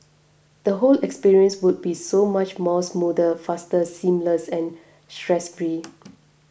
the whole experience would be so much more smoother faster seamless and stress free